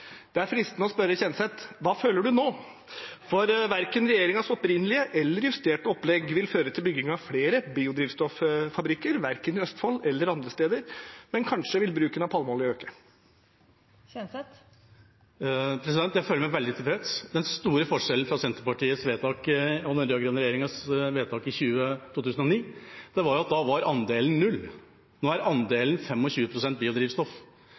Det er fristende å spørre Kjenseth hva han føler nå, for verken regjeringens opprinnelige eller justerte opplegg vil føre til bygging av flere biodrivstoffabrikker, verken i Østfold eller andre steder, men kanskje vil bruken av palmeolje øke. Jeg føler meg veldig tilfreds. Den store forskjellen fra Senterpartiets vedtak, den rød-grønne regjeringas vedtak, i 2009, var at da var andelen biodrivstoff null. Nå er andelen 25 pst. Vi skifter ut drivstoffet fra fossilt til både biodrivstoff